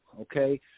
Okay